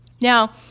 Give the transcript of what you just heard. Now